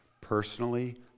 personally